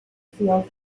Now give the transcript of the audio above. field